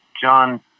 John